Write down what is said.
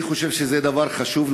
אני חושב שזה דבר חשוב,